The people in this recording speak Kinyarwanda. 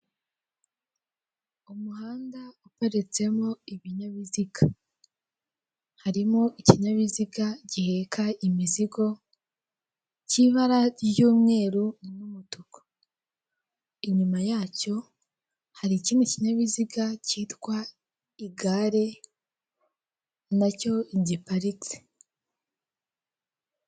Umuhanda uparitsemo ibinyabiziga, harimo ikinyabiziga giheka imizigo, cy'ibara ry'umweru n'umutuku, inyuma yacyo, hari ikindi kinyabiziga cyitwa igare, na cyo giparitse.